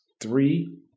three